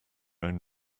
own